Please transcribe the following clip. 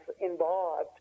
involved